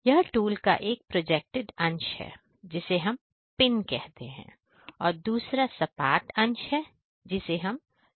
यह टूल का एक प्रोजेक्टेड अंश है जिसे हम पिन कहते हैं और दूसरा सपाट अंश जिसे हम शोल्डर कहते हैं